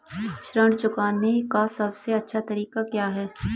ऋण चुकाने का सबसे अच्छा तरीका क्या है?